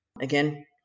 Again